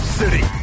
city